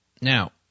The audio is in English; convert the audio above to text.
Now